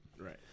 Right